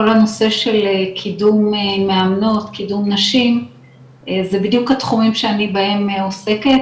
הנושא קידום מאמנות קידום נשים זה בדיוק התחומים שאני בהם עוסקת,